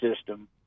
system